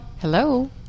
Hello